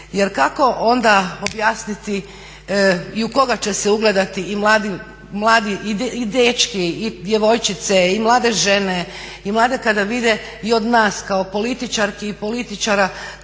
Jer kako onda objasniti i u koga će se ugledati i mladi i dečki, i djevojčice, i mlade žene i mlade kada vide od nas kao političarki i političara koji